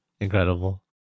incredible